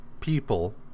people